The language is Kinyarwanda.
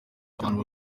abantu